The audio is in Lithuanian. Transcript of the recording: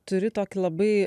turi tokį labai